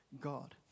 God